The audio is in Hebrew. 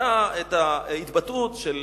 היתה ההתבטאות של